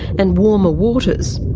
and warmer waters.